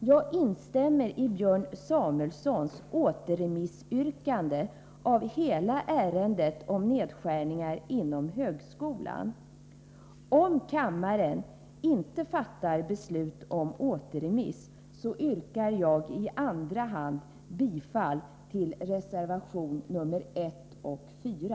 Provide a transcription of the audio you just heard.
Jag instämmer i Björn Samuelsons yrkande på återremiss av hela ärendet om nedskärningar inom högskolan. Om kammaren inte fattar beslut om återremiss, yrkar jag i andra hand bifall till reservationerna 1 och 4.